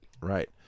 Right